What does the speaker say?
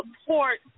support